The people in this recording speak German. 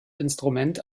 instrument